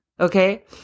Okay